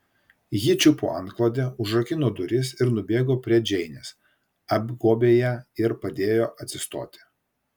ji čiupo antklodę užrakino duris ir nubėgo prie džeinės apgobė ją ir padėjo atsistoti